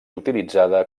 utilitzada